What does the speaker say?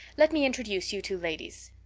let me introduce you two ladies.